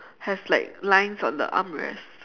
has like lines on the arm rest